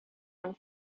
and